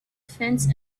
fence